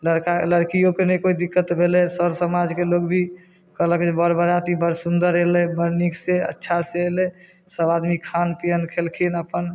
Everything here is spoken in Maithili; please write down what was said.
लड़का लड़कियोके नहि कोइ दिक्कत भेलै सर समाजके लोक भी कहलक जे बर बराती बड़ सुन्दर अयलै बड़ नीक से अच्छा से अयलै सब आदमी खान पियन केलखिन अपन